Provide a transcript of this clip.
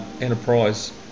enterprise